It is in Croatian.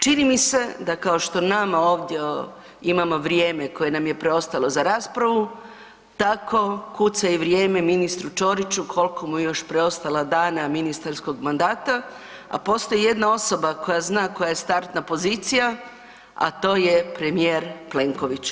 Čini mi se da kao što nama ovdje imamo vrijeme koje nam je preostalo za raspravu, tako kuca i vrijeme ministru Ćoriću koliko mu je još preostalo dana ministarskog mandata, a postoji jedna osoba koja zna koja je startna pozicija, a to je premijer Plenković.